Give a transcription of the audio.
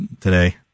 today